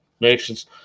nation's